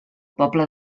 poble